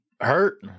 hurt